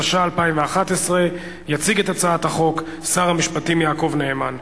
התשע"א 2011. יציג את הצעת החוק שר המשפטים יעקב נאמן.